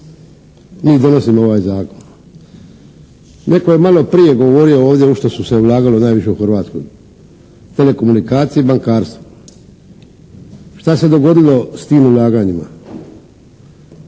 mi donosimo ovaj zakon. Netko je maloprije govorio ovdje u što su se ulagalo najviše u Hrvatskoj. Telekomunikacije i bankarstvo. Šta se dogodilo s tim ulaganjima?